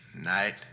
night